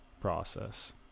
process